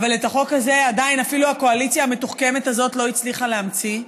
אבל את החוק הזה עדיין אפילו הקואליציה המתוחכמת הזאת לא הצליחה להמציא.